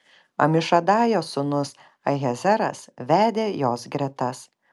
amišadajo sūnus ahiezeras vedė jos gretas